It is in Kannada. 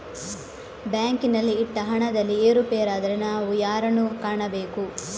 ಬ್ಯಾಂಕಿನಲ್ಲಿ ಇಟ್ಟ ಹಣದಲ್ಲಿ ಏರುಪೇರಾದರೆ ನಾವು ಯಾರನ್ನು ಕಾಣಬೇಕು?